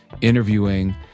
interviewing